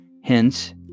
Hence